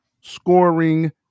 scoring